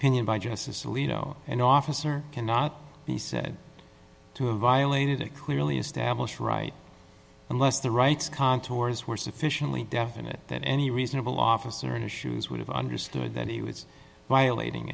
pinion by justice alito and officer cannot be said to have violated a clearly established right unless the rights contours were sufficiently definite that any reasonable officer in issues would have understood that he was violating